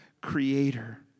creator